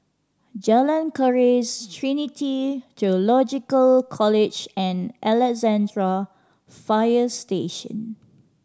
Jalan Keris Trinity Theological College and Alexandra Fire Station